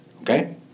Okay